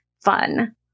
fun